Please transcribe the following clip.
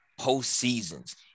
postseasons